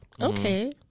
Okay